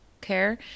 Care